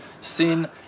seen